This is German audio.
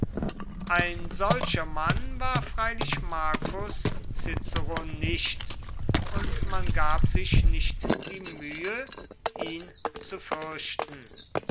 ein solcher mann war freilich marcus cicero nicht und man gab sich nicht die mühe ihn zu fürchten